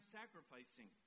sacrificing